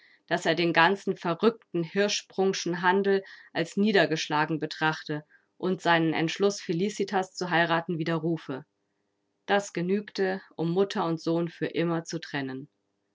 daß er den ganzen verrückten hirschsprungschen handel als niedergeschlagen betrachte und seinen entschluß felicitas zu heiraten widerrufe das genügte um mutter und sohn für immer zu trennen